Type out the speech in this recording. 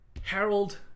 Harold